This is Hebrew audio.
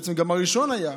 שזה בעצם גם הראשון שהיה,